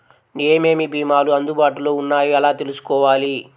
ఏమేమి భీమాలు అందుబాటులో వున్నాయో ఎలా తెలుసుకోవాలి?